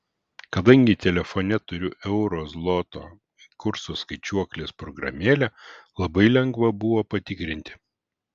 kadangi telefone turiu euro zloto kurso skaičiuoklės programėlę labai lengva buvo patikrinti